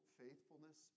faithfulness